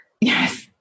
Yes